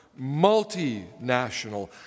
multinational